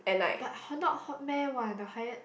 but hot not hot meh !wah! the higher